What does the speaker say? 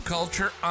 Culture